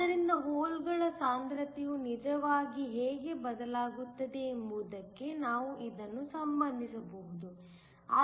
ಆದ್ದರಿಂದ ಹೋಲ್ಗಳ ಸಾಂದ್ರತೆಯು ನಿಜವಾಗಿ ಹೇಗೆ ಬದಲಾಗುತ್ತದೆ ಎಂಬುದಕ್ಕೆ ನಾವು ಇದನ್ನು ಸಂಬಂಧಿಸಬಹುದು